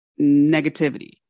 negativity